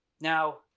Now